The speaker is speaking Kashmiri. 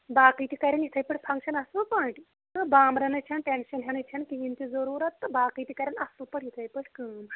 باقٕے تہِ کَرٮ۪ن اِتھے پٲٹھۍ فَنگشَن اصل پٲٹھۍ تہٕ بامبَرنٕچ چھَنہٕ ٹٮ۪نشَن ہینٕچ کِہیٖنۍ تہِ ضروٗرَت تہٕ باقٕے تہِ کَرٮ۪ن اصل پٲٹھۍ اِتھے پٲٹھۍ کٲم